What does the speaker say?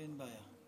אין בעיה.